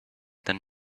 then